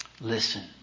listen